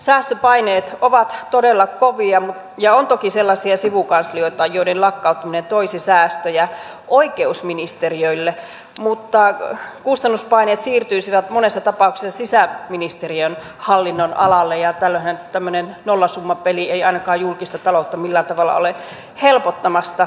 säästöpaineet ovat todella kovia ja on toki sellaisia sivukanslioita joiden lakkauttaminen toisi säästöjä oikeusministeriölle mutta kustannuspaineet siirtyisivät monessa tapauksessa sisäministeriön hallinnonalalle ja tällöinhän tämmöinen nollasummapeli ei ainakaan julkista taloutta millään tavalla ole helpottamassa